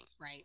right